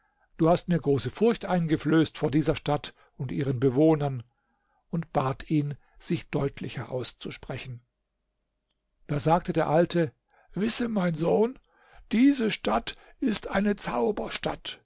du hast mir große furcht eingeflößt vor dieser stadt und ihren bewohnern und bat ihn sich deutlicher auszusprechen da sagte der alte wisse mein sohn diese stadt ist eine zauberstadt